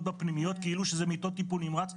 בפנימיות כאילו שזה מיטות טיפול נמרץ,